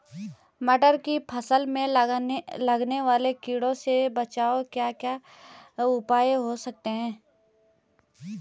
मटर की फसल में लगने वाले कीड़ों से बचाव के क्या क्या उपाय हो सकते हैं?